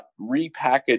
repackage